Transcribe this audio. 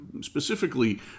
specifically